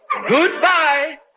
Goodbye